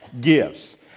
gifts